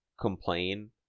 complain